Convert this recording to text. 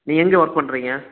நீங்கள் எங்கே ஒர்க் பண்ணுறீங்க